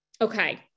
Okay